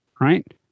right